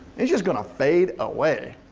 it's just gonna fade away.